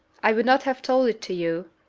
i would not have told it to you,